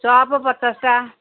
ଚପ ପଚାଶଟା